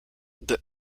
the